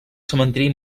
cementeri